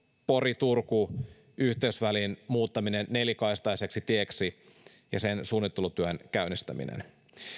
pori turku yhteysvälin muuttaminen nelikaistaiseksi tieksi ja sen suunnittelutyön käynnistäminen